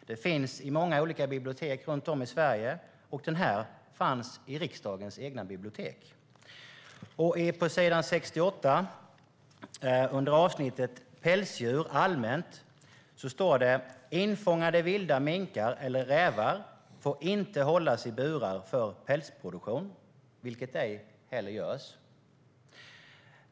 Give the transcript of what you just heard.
efter den eftersom den finns på många bibliotek i Sverige. Just denna fanns på Riksdagsbiblioteket. På s. 68 under avsnittet "Pälsdjur allmänt" står det att infångade vilda minkar eller rävar inte får hållas i burar för pälsproduktion, vilket inte heller görs.